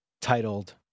titled